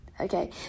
Okay